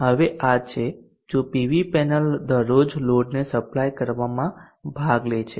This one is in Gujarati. હવે આ છે જો પીવી પેનલ દરરોજ લોડને સપ્લાય કરવામાં ભાગ લે છે